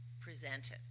presented